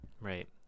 Right